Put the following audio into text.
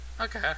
Okay